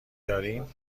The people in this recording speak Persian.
داریم